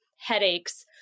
headaches